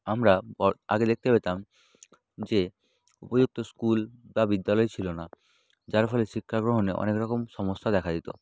আমরা আগে দেখতে পেতাম যে উপযুক্ত স্কুল বা বিদ্যালয় ছিল না যার ফলে শিক্ষা গ্রহণে অনেক রকম সমস্যা দেখা যেত